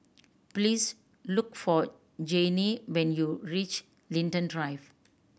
please look for Janene when you reach Linden Drive